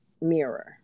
mirror